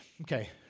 okay